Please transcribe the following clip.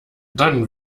dann